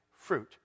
fruit